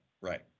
right